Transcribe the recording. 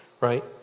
Right